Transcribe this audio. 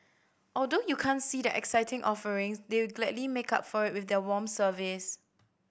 although you can't see the exciting offerings they gladly make up for it with their warm service